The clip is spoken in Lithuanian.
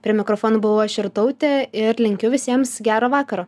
prie mikrofono buvau aš irtautė ir linkiu visiems gero vakaro